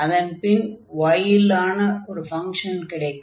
அதன் பின் y ல் ஆன ஒரு ஃபங்ஷன் கிடைக்கும்